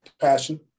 Passion